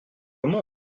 comment